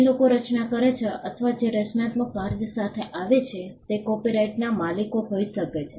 જે લોકો રચના કરે છે અથવા જે રચનાત્મક કાર્ય સાથે આવે છે તે કોપિરાઇટનાં માલિકો હોઈ શકે છે